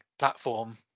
platform